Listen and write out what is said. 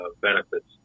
benefits